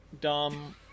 dumb